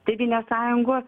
tėvynės sąjungos